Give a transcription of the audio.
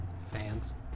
Fans